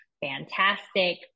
Fantastic